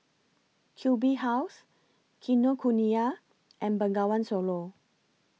Q B House Kinokuniya and Bengawan Solo